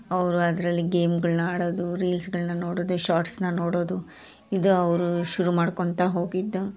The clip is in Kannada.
ಅವರು ಅದರಲ್ಲಿ ಗೇಮ್ಗಳನ್ನ ಆಡೋದು ರೀಲ್ಸ್ಗಳನ್ನ ನೋಡೋದು ಶಾರ್ಟ್ಸನ್ನ ನೋಡೋದು ಇದು ಅವರು ಶುರು ಮಾಡ್ಕೊತಾ ಹೋಗಿದ್ದು